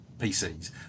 PCs